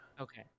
okay